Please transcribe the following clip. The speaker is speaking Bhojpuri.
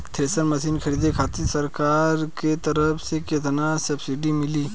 थ्रेसर मशीन खरीदे खातिर सरकार के तरफ से केतना सब्सीडी मिली?